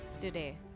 today